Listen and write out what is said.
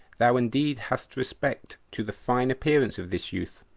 thou indeed hast respect to the fine appearance of this youth,